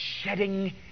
shedding